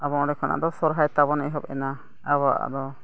ᱟᱵᱚ ᱚᱸᱰᱮ ᱠᱷᱚᱱᱟᱜ ᱫᱚ ᱥᱚᱦᱨᱟᱭ ᱛᱟᱵᱚᱱ ᱮᱦᱚᱵ ᱮᱱᱟ ᱟᱵᱚᱣᱟᱜ ᱫᱚ